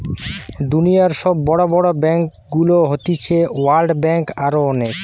দুনিয়র সব বড় বড় ব্যাংকগুলো হতিছে ওয়ার্ল্ড ব্যাঙ্ক, আরো অনেক